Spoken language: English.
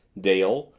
dale,